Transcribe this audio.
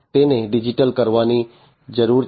તેને ડિજીટલ કરવાની જરૂર છે